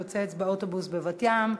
התפוצצות מטען חבלה באוטובוס בבת-ים,